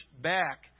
back